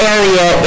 area